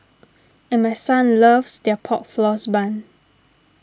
and my son loves their pork floss bun